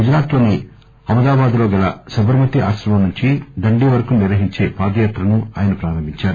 గుజరాత్ లోని అహ్మాదాబాద్ లో గల సబర్మతీ ఆశ్రమం నుంచి దండీ వరకు నిర్వహించే పాదయాత్రను ఆయన ప్రారంభించారు